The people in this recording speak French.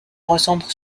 recentre